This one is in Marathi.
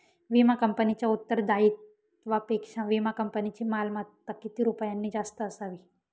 विमा कंपनीच्या उत्तरदायित्वापेक्षा विमा कंपनीची मालमत्ता किती रुपयांनी जास्त असावी?